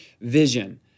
vision